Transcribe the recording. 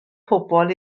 pobl